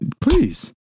please